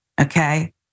okay